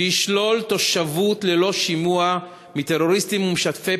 שישלול תושבות ללא שימוע מטרוריסטים ומשתפי